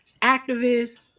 activist